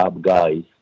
guys